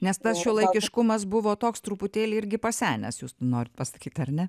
nes tas šiuolaikiškumas buvo toks truputėlį irgi pasenęs jūs norit pasakyti ar ne